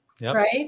right